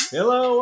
Hello